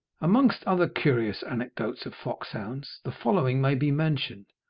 amongst other curious anecdotes of foxhounds, the following may be mentioned.